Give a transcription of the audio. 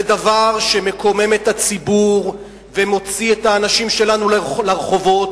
זה דבר שמקומם את הציבור ומוציא את האנשים שלנו לרחובות.